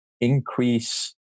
increase